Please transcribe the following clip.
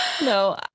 No